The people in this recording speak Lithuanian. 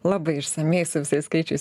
labai išsamiai su visais skaičiais